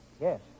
Yes